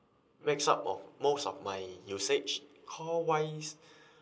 makes up of most of my usage call wise